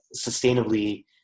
sustainably